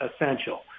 essential